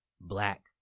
black